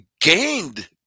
gained